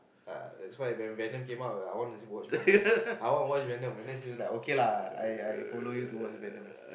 uh that's why when Venom came out I wanna watch venom I wanna watch Venom say okay lah I I follow you to watch Venom